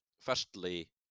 firstly